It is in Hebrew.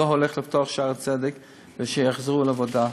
לא הולך לפתוח בשערי צדק, ושיחזרו לעבודה.